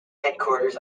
headquarters